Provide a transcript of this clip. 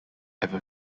ever